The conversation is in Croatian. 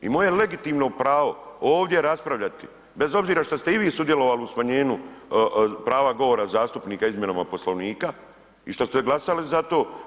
I moje je legitimno pravo ovdje raspravljati bez obzira što ste i vi sudjelovali u smanjenju prava govora zastupnika izmjenama Poslovnika i što ste glasali za to.